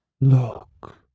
Look